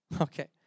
Okay